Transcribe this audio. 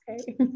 Okay